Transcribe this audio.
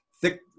thick